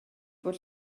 bod